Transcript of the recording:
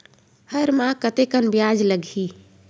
हर माह कतेकन ब्याज लगही?